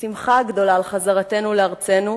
השמחה הגדולה על חזרתנו לארצנו,